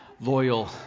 loyal